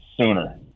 sooner